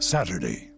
Saturday